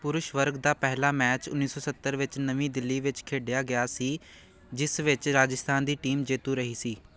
ਪੁਰਸ਼ ਵਰਗ ਦਾ ਪਹਿਲਾ ਮੈਚ ਉੱਨੀ ਸੌ ਸੱਤਰ ਵਿੱਚ ਨਵੀਂ ਦਿੱਲੀ ਵਿੱਚ ਖੇਡਿਆ ਗਿਆ ਸੀ ਜਿਸ ਵਿੱਚ ਰਾਜਸਥਾਨ ਦੀ ਟੀਮ ਜੇਤੂ ਰਹੀ ਸੀ